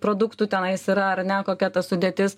produktų tenais yra ar ne kokia ta sudėtis